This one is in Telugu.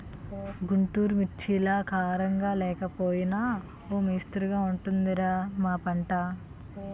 గుంటూరు మిర్చిలాగా కారం లేకపోయినా ఓ మొస్తరుగా ఉంటది రా మా పంట